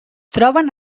troben